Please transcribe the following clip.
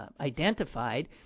identified